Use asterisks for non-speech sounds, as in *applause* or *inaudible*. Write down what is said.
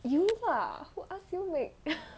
you lah who ask you wait *laughs*